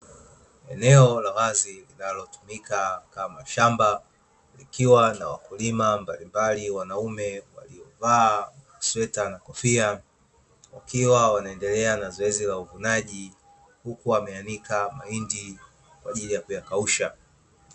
Eneo la wazi linalotumika kama shamba likiwa na wakulima mbalimbali wanaume waliovaa masweta na kofia, wakiwa wanaendelea na zoezi la uvunaji huku wameanika mahindi kwaajili ya kuyakausha.